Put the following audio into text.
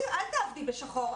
אל תעבדי בשחור.